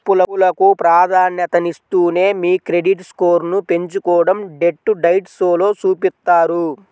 అప్పులకు ప్రాధాన్యతనిస్తూనే మీ క్రెడిట్ స్కోర్ను పెంచుకోడం డెట్ డైట్ షోలో చూపిత్తారు